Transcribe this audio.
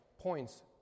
points